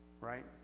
Right